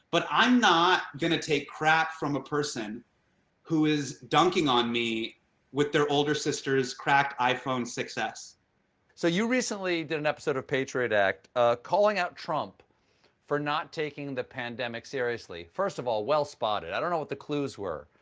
but i'm not going to take crap from a person who is dunking on me with their older sister's cracked iphone six s. stephen so you recently did an episode of patriot act ah calling out trump for not taking the pandemic seriously. first of all, well spotted. i don't know what the clues were.